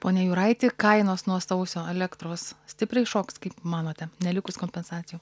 pone jūraiti kainos nuo sausio elektros stipriai šoks kaip manote nelikus kompensacijų